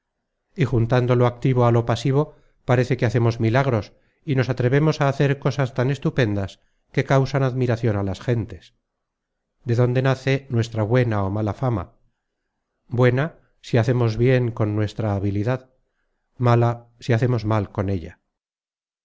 at content from google book search generated at hacemos milagros y nos atrevemos a hacer cosas tan estupendas que causan admiracion a las gentes de donde nace nuestra buena ó mala fama buena si hacemos bien con nuestra habilidad mala si hacemos mal con ella